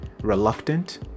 reluctant